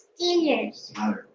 Steelers